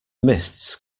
mists